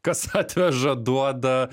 kas atveža duoda